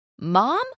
Mom